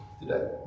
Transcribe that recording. today